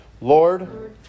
Lord